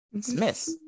Smith